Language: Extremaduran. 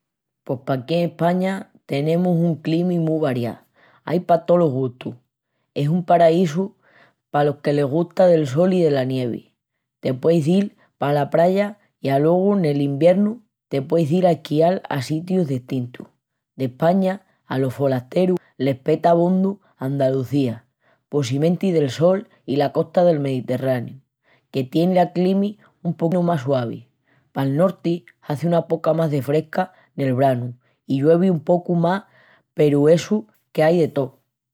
Pos paquí n'España tenemus una climi mu variá, ai pa tolos gustus. Es un paraísu palos que les gusta del sol i dela nievi. Te pueis dil pala praya i alogu nel iviernu te pueis dil a esquial a sitius destintus. D'España, alos folasterus les peta abondu Andaluzía, possimenti del sol, i la costa del Mediterraniu, que tien la climi un poquinu más suavi. Pal norti hazi una poca más de fresca nel branu i lluevi un pocu más peru, essu, qu'ai d tó!